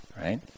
right